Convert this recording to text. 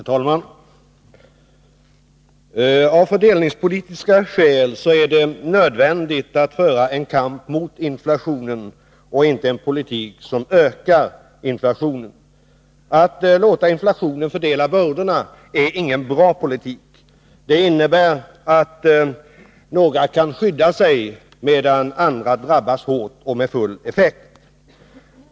Herr talman! Av fördelningspolitiska skäl är det nödvändigt att föra en kamp mot inflationen, inte en politik som ökar inflationen. Att låta inflationen fördela bördorna är ingen bra politik. Den innebär att några kan skydda sig, medan andra drabbas hårt och med full effekt.